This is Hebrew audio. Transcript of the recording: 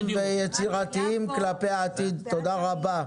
רעיונות יצירתיים לגבי העתיד, תודה רבה.